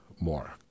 more